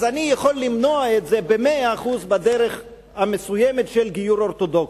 אז אני יכול למנוע את זה במאה אחוז בדרך המסוימת של גיור אורתודוקסי.